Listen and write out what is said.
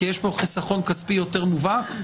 כי יש פה חיסכון כספי יותר מובהק?